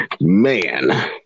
Man